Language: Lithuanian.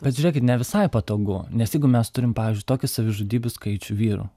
bet žiūrėkit ne visai patogu nes jeigu mes turim pavyzdžiui tokį savižudybių skaičių vyrų